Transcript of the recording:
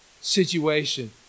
situation